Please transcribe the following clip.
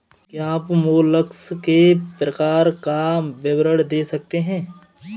क्या आप मोलस्क के प्रकार का विवरण दे सकते हैं?